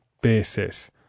basis